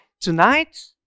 tonight